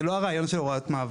זה לא הרעיון של הוראת מעבר.